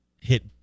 hit